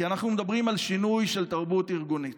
כי אנחנו מדברים על שינוי של תרבות ארגונית,